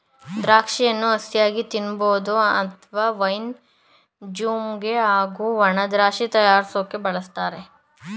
ದ್ರಾಕ್ಷಿಯನ್ನು ಹಸಿಯಾಗಿ ತಿನ್ಬೋದು ಅತ್ವ ವೈನ್ ಜ್ಯಾಮ್ ಹಾಗೂ ಒಣದ್ರಾಕ್ಷಿ ತಯಾರ್ರ್ಸೋಕೆ ಬಳುಸ್ತಾರೆ